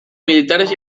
militares